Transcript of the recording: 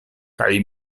kaj